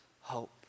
hope